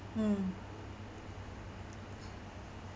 mm